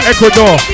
Ecuador